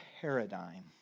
paradigm